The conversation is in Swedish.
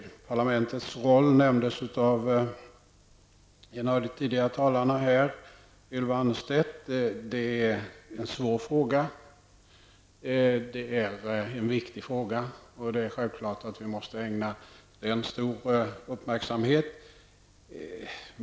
Parlamentets roll nämndes av Ylva Annerstedt. Det är en svår och viktig fråga, och vi måste självfallet ägna den stor uppmärksamhet.